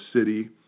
city